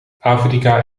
afrika